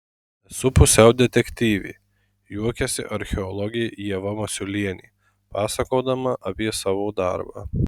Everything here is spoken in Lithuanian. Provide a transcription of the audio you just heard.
esu pusiau detektyvė juokiasi archeologė ieva masiulienė pasakodama apie savo darbą